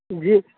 جی